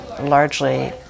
largely